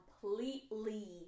completely